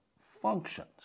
functions